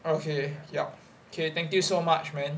okay yup okay thank you so much man